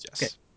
Yes